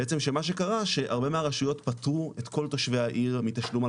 בעצם שמה שקרה שהרבה מהרשויות פתרו את כל תושבי העיר מתשלום על